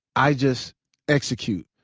i just execute.